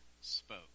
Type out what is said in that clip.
spoke